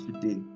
today